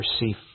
receive